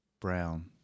Brown